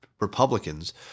Republicans